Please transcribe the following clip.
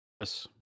Yes